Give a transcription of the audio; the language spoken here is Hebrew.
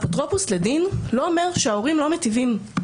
אפוטרופוס לדין, זה לא אומר שההורים לא מיטיבים.